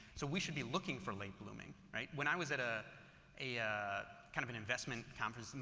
so we should be looking for late blooming, right? when i was at ah a kind of an investment conference, and